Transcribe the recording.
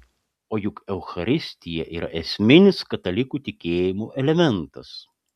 o juk eucharistija yra esminis katalikų tikėjimo elementas